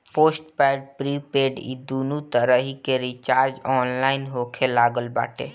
postpaid prepaid इ दूनो तरही के रिचार्ज ऑनलाइन होखे लागल बाटे